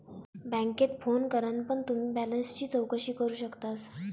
बॅन्केत फोन करान पण तुम्ही बॅलेंसची चौकशी करू शकतास